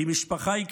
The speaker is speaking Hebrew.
כי משפחה היא,